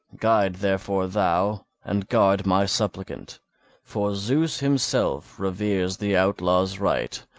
guide therefore thou and guard my suppliant for zeus himself reveres the outlaw's right,